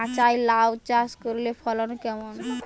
মাচায় লাউ চাষ করলে ফলন কেমন?